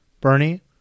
Bernie